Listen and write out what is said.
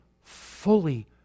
fully